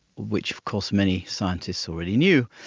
which of course many scientists already knew,